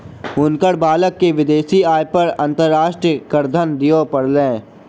हुनकर बालक के विदेशी आय पर अंतर्राष्ट्रीय करधन दिअ पड़लैन